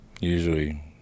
Usually